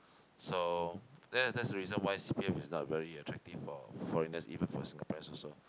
so that's that's the reason why P_R is not very attractive for foreigners even for Singaporeans also